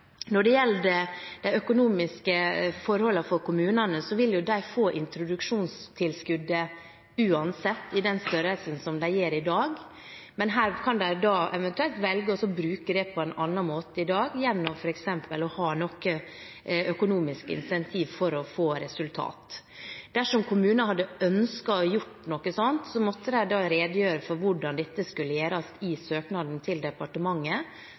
Når det gjelder de økonomiske forholdene for kommunene, vil de få introduksjonstilskuddet uansett i den størrelsen som de gjør i dag, men her kan de da eventuelt velge å bruke det på en annen måte gjennom f.eks. ha noen økonomiske incentiver for å få resultat. Dersom kommunene hadde ønsket å gjøre noe slikt, måtte de ha redegjort for hvordan dette skulle gjøres i søknaden til departementet,